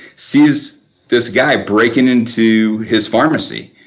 sees this guy breaking into his pharmacy,